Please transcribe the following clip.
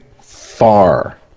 far